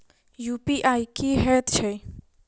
UPI की हएत छई?